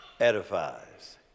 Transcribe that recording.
edifies